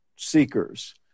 seekers